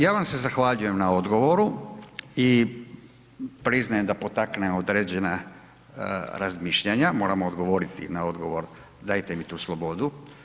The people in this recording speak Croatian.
Ja vam se zahvaljujem na odgovoru i priznajem da potakne određena razmišljanja, moram odgovorit na odgovor, dajte mi tu slobodu.